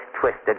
twisted